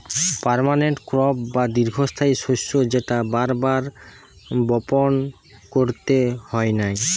permanent crop বা দীর্ঘস্থায়ী শস্য যেটা বার বার বপণ কইরতে হয় নাই